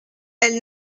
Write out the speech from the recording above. elle